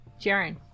Jaren